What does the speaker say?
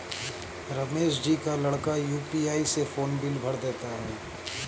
रमेश जी का लड़का यू.पी.आई से फोन बिल भर देता है